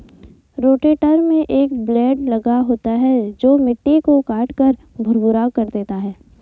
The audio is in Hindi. रोटेटर में एक ब्लेड लगा होता है जो मिट्टी को काटकर भुरभुरा कर देता है